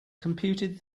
computed